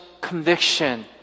conviction